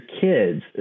kids